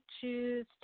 choose